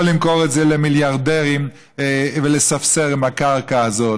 למכור את זה למיליארדרים ולספסר עם הקרקע הזאת.